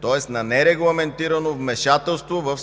тоест на нерегламентирано вмешателство